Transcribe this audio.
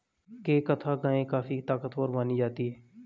केंकथा गाय काफी ताकतवर मानी जाती है